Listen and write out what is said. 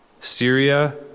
Syria